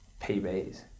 PBs